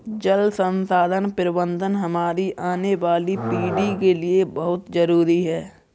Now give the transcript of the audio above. जल संसाधन प्रबंधन हमारी आने वाली पीढ़ी के लिए बहुत जरूरी है